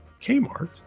Kmart